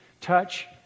touch